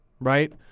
right